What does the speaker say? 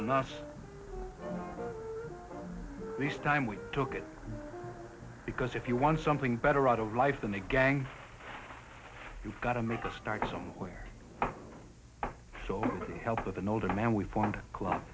on us this time we took it because if you want something better out of life than a gang you've got to make a start somewhere so the help of an older man we formed a club